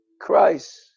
Christ